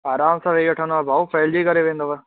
आरामु सां वेई वठंदुव भाउ फहिलजी करे वेंदुव